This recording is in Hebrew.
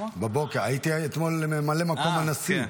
הייתי אתמול ממלא מקום הנשיא.